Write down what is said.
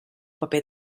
paper